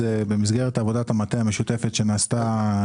במסגרת עבודת המטה המשותפת שנעשתה,